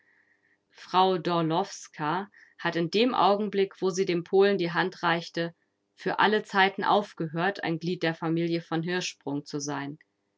frau d'orlowska hat in dem augenblick wo sie dem polen die hand reichte für alle zeiten aufgehört ein glied der familie von hirschsprung zu sein